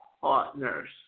Partners